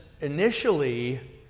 initially